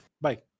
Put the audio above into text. Bye